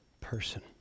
person